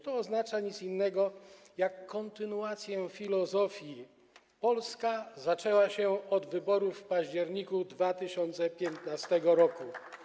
To oznacza nic innego jak kontynuację filozofii: Polska zaczęła się od wyborów w październiku 2015 r.